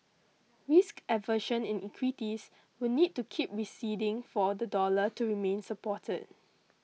risk aversion in equities will need to keep receding for the dollar to remain supported